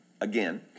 Again